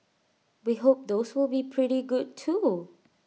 we hope those will be pretty good too